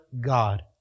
God